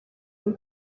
ryan